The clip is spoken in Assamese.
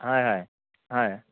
হয় হয় হয়